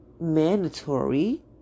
mandatory